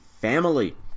family